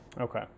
Okay